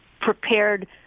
prepared